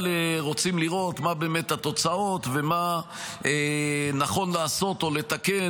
אבל רוצים לראות מה באמת התוצאות ומה נכון לעשות או לתקן,